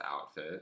outfit